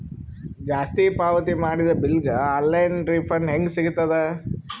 ಜಾಸ್ತಿ ಪಾವತಿ ಮಾಡಿದ ಬಿಲ್ ಗ ಆನ್ ಲೈನ್ ರಿಫಂಡ ಹೇಂಗ ಸಿಗತದ?